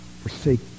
Forsake